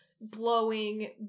blowing